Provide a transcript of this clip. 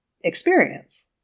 experience